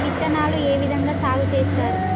విత్తనాలు ఏ విధంగా సాగు చేస్తారు?